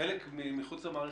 חלק מחוץ למערכת,